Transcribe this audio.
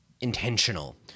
intentional